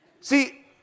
See